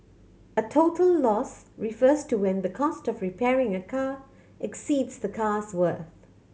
a total loss refers to when the cost of repairing a car exceeds the car's worth